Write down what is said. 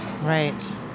Right